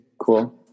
cool